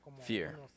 Fear